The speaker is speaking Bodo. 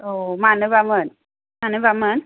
औ मानोबा मोन मानोबा मोन